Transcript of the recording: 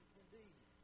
indeed